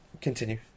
continue